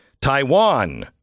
Taiwan